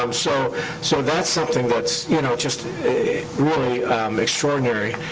um so so that's something that's you know just really extraordinary.